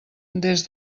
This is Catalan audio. des